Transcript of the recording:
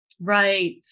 Right